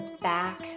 back